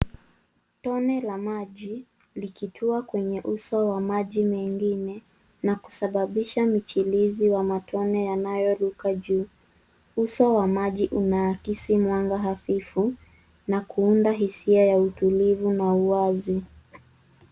Tone la maji likitua kwenye uso wa maji mengine na kusababisha michirizi wa matone yanayoruka juu. Uso wa maji unaakisi mwanga hafifu na kuunda hisia ya utulivu na uwazi.